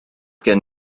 gen